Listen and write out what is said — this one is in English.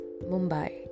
Mumbai